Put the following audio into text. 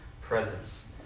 presence